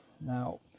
now